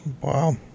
Wow